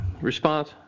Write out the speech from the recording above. response